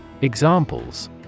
Examples